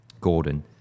Gordon